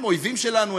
הם אויבים שלנו,